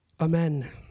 Amen